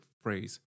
phrase